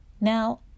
Now